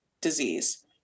disease